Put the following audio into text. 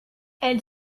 elle